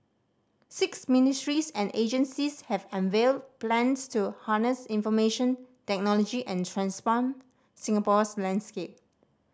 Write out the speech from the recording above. six ministries and agencies have unveiled plans to harness information technology and transform Singapore's landscape